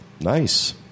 Nice